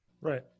Right